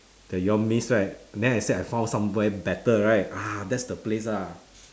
that you all miss right then I say I found somewhere better right ah that's the place lah